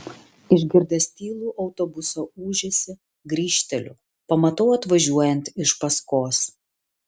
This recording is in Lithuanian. išgirdęs tylų autobuso ūžesį grįžteliu pamatau atvažiuojant iš paskos